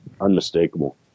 unmistakable